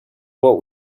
what